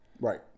right